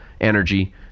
energy